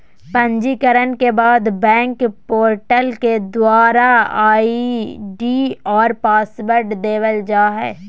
पंजीकरण के बाद बैंक पोर्टल के द्वारा आई.डी और पासवर्ड देवल जा हय